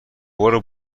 برو